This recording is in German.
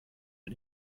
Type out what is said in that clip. wir